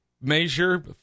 measure